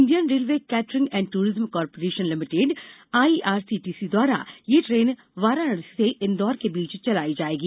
Indian Railway Catering and Tourism Corporation Limited IRCTC द्वारा यह train Varanasi से इंदौर के बीच चलाई जाएगी